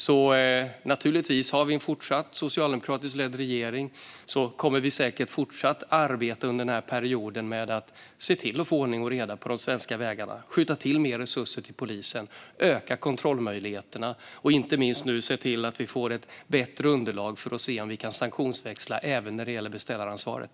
Med en fortsatt socialdemokratiskt ledd regering kommer vi under den här perioden naturligtvis att fortsätta arbeta med att få ordning och reda på de svenska vägarna, skjuta till mer resurser till polisen, öka kontrollmöjligheterna och inte minst se till att vi får ett bättre underlag för att se om vi kan sanktionsväxla även när det gäller beställaransvaret.